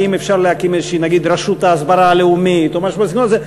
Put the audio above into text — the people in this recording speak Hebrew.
האם אפשר להקים רשות הסברה לאומית או משהו בסגנון הזה,